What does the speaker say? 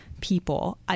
people